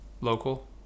local